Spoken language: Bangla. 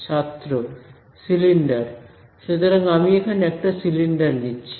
ছাত্র সিলিন্ডার সুতরাং আমি এখানে একটা সিলিন্ডার নিচ্ছি